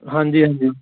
ਹਾਂਜੀ ਹਾਂਜੀ